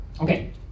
Okay